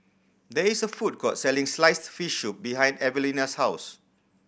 there is a food court selling sliced fish soup behind Evelena's house